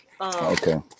Okay